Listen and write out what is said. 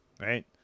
right